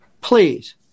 please